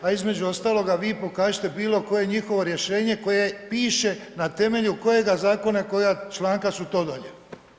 A između ostaloga vi pokažite bilo koje njihovo rješenje koje piše na temelju kojega zakona kojeg članka su to donijeli.